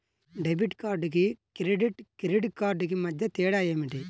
Debit కార్డుకు credit credit కార్డుకు మధ్య తేడా ఏమిటీ?